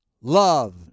love